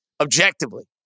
objectively